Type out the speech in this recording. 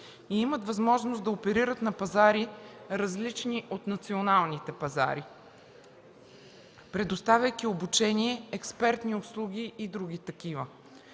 и имат възможност да оперират на пазари, различни от националните, предоставяйки обучение, експертни услуги и други такива.